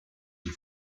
and